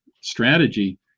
strategy